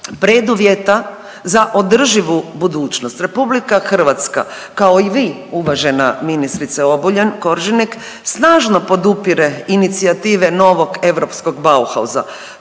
preduvjeta za održivu budućnost. RH kao i vi uvažena ministrice Obuljen Koržinek snažno podupire inicijative novog europskog bauhausa